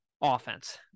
offense